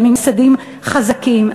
אלה ממסדים חזקים.